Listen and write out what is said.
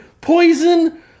Poison